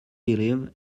believe